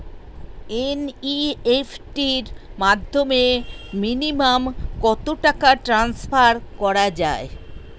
NEFT র মাধ্যমে minimum কত টাকা টান্সফার করা যায়?